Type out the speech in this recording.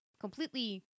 completely